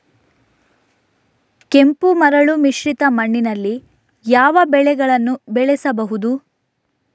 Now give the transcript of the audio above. ಕೆಂಪು ಮರಳು ಮಿಶ್ರಿತ ಮಣ್ಣಿನಲ್ಲಿ ಯಾವ ಬೆಳೆಗಳನ್ನು ಬೆಳೆಸಬಹುದು?